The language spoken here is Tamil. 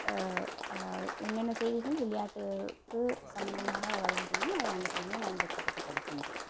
என்னென்ன செய்திகள் விளையாட்டுக்கு சம்பந்தமாக வருகின்றதோ அதை அனைத்துமே நான் விருப்பப்பட்டு படிக்கின்றேன்